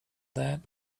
that